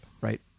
right